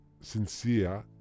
sincere